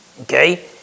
Okay